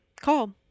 Call